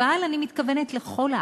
אבל אני מתכוונת לכל הארץ.